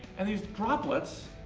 and these droplets,